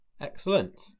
Excellent